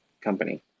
company